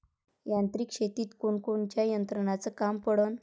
यांत्रिक शेतीत कोनकोनच्या यंत्राचं काम पडन?